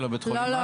של בית חולים על?